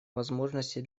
возможности